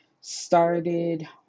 started